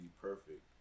perfect